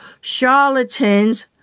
charlatans